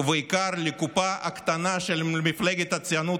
ובעיקר לקופה הקטנה של מפלגת הציונות